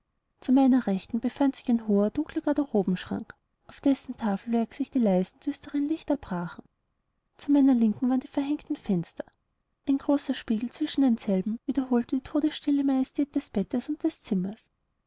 zu meiner rechten befand sich ein hoher dunkler garderobenschrank auf dessen tafelwerk sich die leisen düsteren lichter brachen zu meiner linken waren die verhängten fenster ein großer spiegel zwischen denselben wiederholte die totesstille majestät des bettes und des zimmers